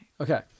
Okay